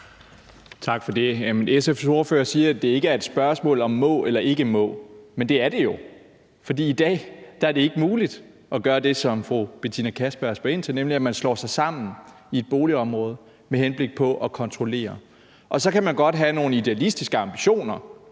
Tak for det. SF's ordfører siger, at det ikke er et spørgsmål om, om man må eller man ikke må. Men det er det jo. For det er i dag ikke muligt at gøre det, som fru Betina Kastbjerg spørger ind til, nemlig at man i et boligområde slår sig sammen med henblik på at kontrollere. Så kan man som SF'er godt have nogle idealistiske ambitioner